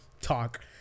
talk